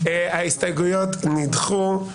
ההסתייגויות נדחו.